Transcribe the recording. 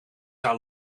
haar